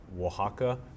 Oaxaca